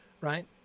right